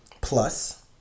Plus